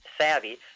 savvy